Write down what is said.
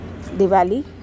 diwali